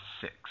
six